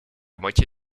moitié